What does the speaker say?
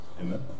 Amen